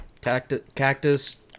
Cactus